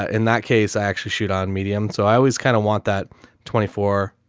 ah in that case i actually shoot on medium. so i always kind of want that twenty four,